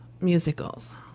musicals